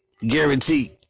Guaranteed